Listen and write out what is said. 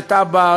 לטאבה,